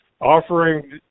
offering